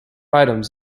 items